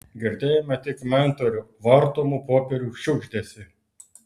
girdėjome tik mentorių vartomų popierių šiugždesį